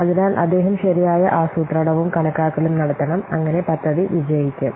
അതിനാൽ അദ്ദേഹം ശരിയായ ആസൂത്രണവും കണക്കാക്കലും നടത്തണം അങ്ങനെ പദ്ധതി വിജയിക്കും